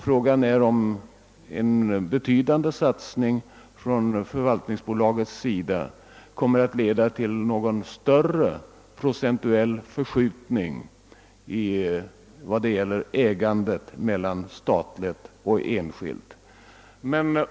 Fråga är, om en betydande satsning från förvaltningsbolagets sida kommer att leda till någon större procentuell förskjutning mellan statligt och enskilt ägande.